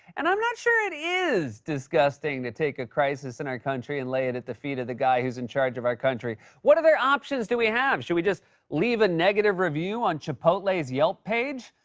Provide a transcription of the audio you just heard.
and i'm not sure it is disgusting to take a crisis in our country and lay it at the feet of the guy who's in charge of our country. what other options do we have? should we just leave a negative review on chipotle's yelp page?